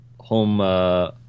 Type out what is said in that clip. home